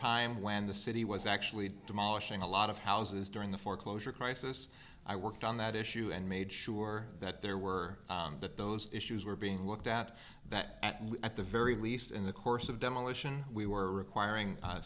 time when the city was actually demolishing a lot of houses during the foreclosure crisis i worked on that issue and made sure that there were that those issues were being looked at that at least at the very least in the course of demolition we were requiring